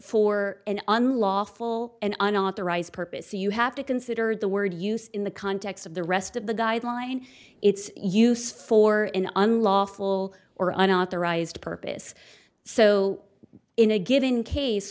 for an unlawful and unauthorized purpose you have to consider the word used in the context of the rest of the guideline its use for in unlawful or unauthorized purpose so in a given case